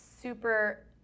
super